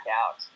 out